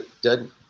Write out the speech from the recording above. dead